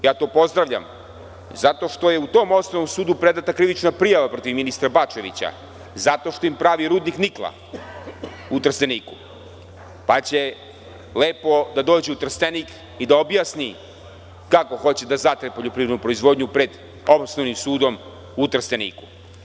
Ja to pozdravljam, zato što je u tom Osnovnom sudu predata krivična prijava protiv ministra Bačevića, zato što im pravi rudnik nikla u Trsteniku, pa će lepo da dođe u Trstenik i da objasni kako hoće da zatre poljoprivrednu proizvodnju pred Osnovnim sudom u Trsteniku.